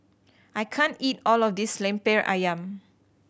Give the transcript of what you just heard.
I can't eat all of this Lemper Ayam